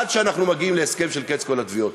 עד שאנחנו מגיעים להסכם של קץ כל התביעות.